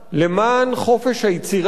למען חופש היצירה